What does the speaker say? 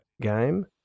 game